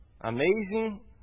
amazing